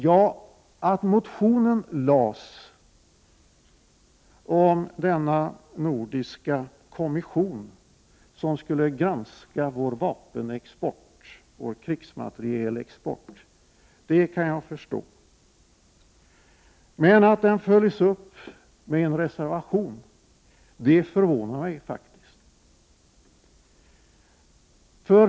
Jag kan förstå att motionen om en nordisk kommission med uppgift att granska vår krigsmaterielexport lades fram, men att motionen följs upp av en reservation förvånar mig faktiskt.